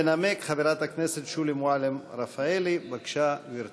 תנמק חברת הכנסת שולי מועלם-רפאלי, בבקשה, גברתי.